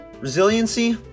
Resiliency